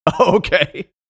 Okay